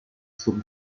suo